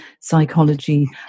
psychology